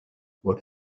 what